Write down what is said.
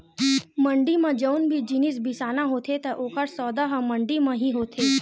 मंड़ी म जउन भी जिनिस बिसाना होथे त ओकर सौदा ह मंडी म ही होथे